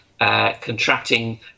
Contracting